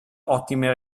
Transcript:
ottime